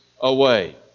away